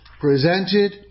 presented